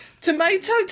tomato